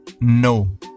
No